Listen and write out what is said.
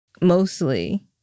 mostly